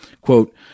Quote